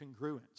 congruence